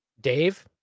Dave